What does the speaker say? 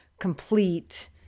complete